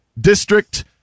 District